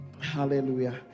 Hallelujah